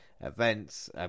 events